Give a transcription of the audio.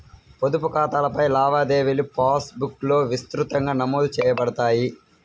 పొదుపు ఖాతాలపై లావాదేవీలుపాస్ బుక్లో విస్తృతంగా నమోదు చేయబడతాయి